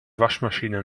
waschmaschine